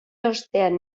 ostean